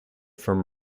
from